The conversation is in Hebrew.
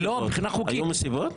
היו מסיבות?